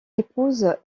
épouse